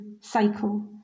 cycle